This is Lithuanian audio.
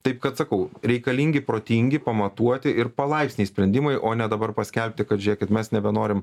taip kad sakau reikalingi protingi pamatuoti ir palaipsniai sprendimai o ne dabar paskelbti kad žėkit mes nebenorim